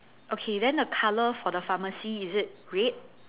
okay then the colour for the pharmacy is it red